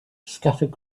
scattered